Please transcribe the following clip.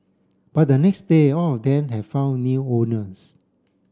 by the next day all of them had found new owners